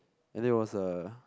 and it was a